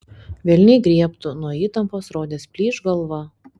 velniai griebtų nuo įtampos rodėsi plyš galva